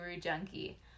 junkie